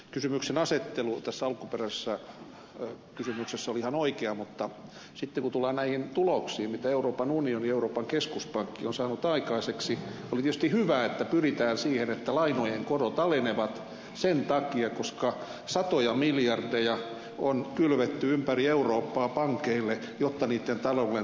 kysymyksenasettelu tässä alkuperäisessä kysymyksessä oli ihan oikea mutta sitten kun tullaan näihin tuloksiin joita euroopan unioni ja euroopan keskuspankki ovat saaneet aikaiseksi oli tietysti hyvä että pyritään siihen että lainojen korot alenevat sen takia koska satoja miljardeja on kylvetty ympäri eurooppaa pankeille jotta niiden taloudellinen tilanne olisi hyvä